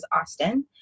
Austin